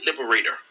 Liberator